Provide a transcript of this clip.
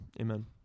Amen